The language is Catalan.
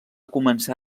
començar